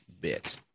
bit